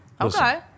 Okay